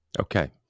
Okay